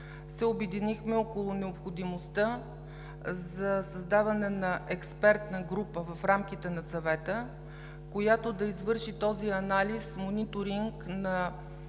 се обединихме около необходимостта за създаване на експертна група в рамките на Съвета, която да извърши този анализ, мониторинг на